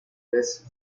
vez